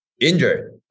injured